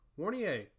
Warnier